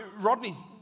Rodney's